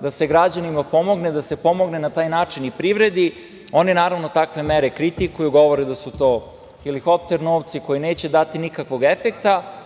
da se građanima pomogne, da se pomogne na taj način i privredi, oni, naravno, takve mere kritikuju, govore da su to helikopter novci koji neće dati nikakvog efekta. Onda